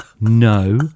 no